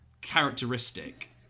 characteristic